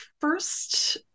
first